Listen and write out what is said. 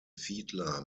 fiedler